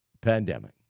pandemic